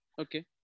Okay